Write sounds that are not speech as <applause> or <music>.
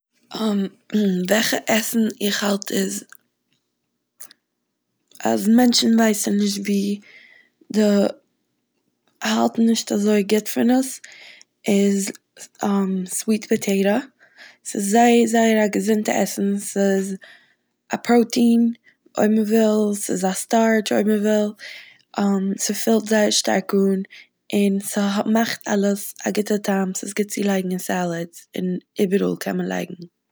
וועלכע עסן איך האלט איז אז מענטשן ווייסן נישט ווי די- האלטן נישט אזוי גוט פון עס איז <hesitation> סוויט פאטעיטע, ס'איז זייער זייער א געזונטע עסן, ס'איז א פראוטין, אויב מ'וויל- ס'איז א סטארטש אויב מ'וויל, <hesitation> ס'פולט זייער שטארק אן, און ס'הא- ס'מאכט אלעס א גוטע טעם ס'גוט צו לייגן אין סעלעד און איבעראל קען מען לייגן.